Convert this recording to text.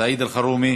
סעיד אלחרומי,